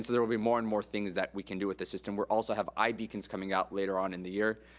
and there will be more and more things that we can do with this system. we'll also have ibeacons coming out later on in the year.